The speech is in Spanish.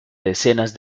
decenas